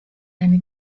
eine